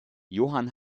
johann